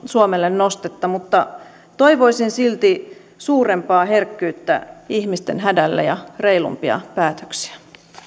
suomelle nostetta mutta toivoisin silti suurempaa herkkyyttä ihmisten hädälle ja reilumpia päätöksiä